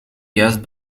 juist